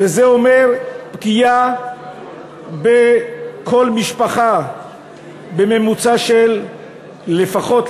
זה אומר פגיעה בכל משפחה בממוצע של לפחות,